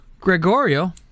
Gregorio